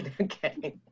Okay